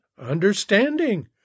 understanding